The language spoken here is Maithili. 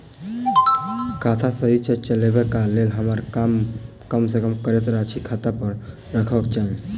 खाता सही सँ चलेबाक लेल हमरा कम सँ कम कतेक राशि खाता पर रखबाक चाहि?